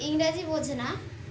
ইংরেজি বোঝে না